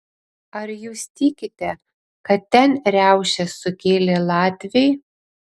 ar jūs tikite kad ten riaušes sukėlė latviai